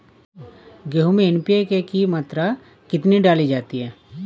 गेहूँ में एन.पी.के की मात्रा कितनी डाली जाती है?